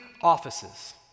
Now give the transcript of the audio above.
offices